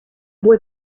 boy